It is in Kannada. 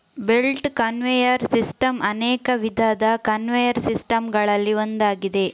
ಬೆಲ್ಟ್ ಕನ್ವೇಯರ್ ಸಿಸ್ಟಮ್ ಅನೇಕ ವಿಧದ ಕನ್ವೇಯರ್ ಸಿಸ್ಟಮ್ ಗಳಲ್ಲಿ ಒಂದಾಗಿದೆ